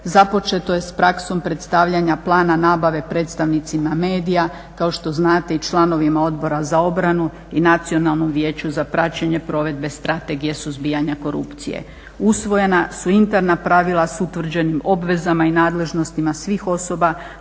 Započeto je s praksom predstavljanja plana nabave predstavnicima medija, kao što znate i članovima Odbora za obranu i Nacionalnom vijeću za praćenje provedbe strategije suzbijanja korupcije. Usvojena su interna pravila s utvrđenim obvezama i nadležnostima svih osoba